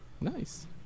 Nice